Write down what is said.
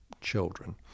children